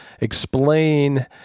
explain